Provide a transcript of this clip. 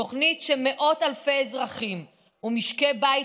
תוכנית שמאות אלפי אזרחים ומשקי בית,